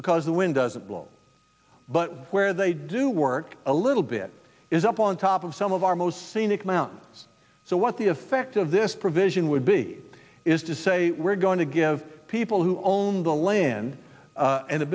because the wind doesn't blow but where they do work a little bit is up on top of some of our most scenic mountains so what the effect of this provision would be is to say we're going to give people who own the land and